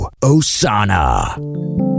Osana